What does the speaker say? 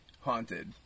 haunted